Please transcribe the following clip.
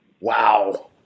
Wow